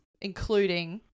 including